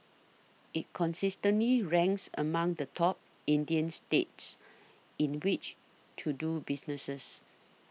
it consistently ranks among the top Indian states in which to do business cess